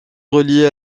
relié